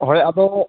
ᱦᱳᱭ ᱟᱫᱚ